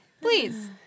please